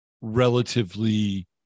relatively